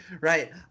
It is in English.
right